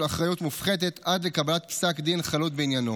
אחריות מופחתת עד לקבלת פסק דין חלוט בעניין.